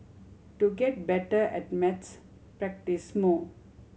to get better at maths practise more